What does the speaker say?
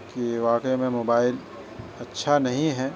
کہ واقع میں موبائل اچھا نہیں ہے